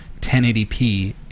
1080p